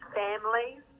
families